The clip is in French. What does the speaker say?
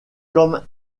comme